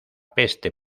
peste